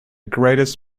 greatest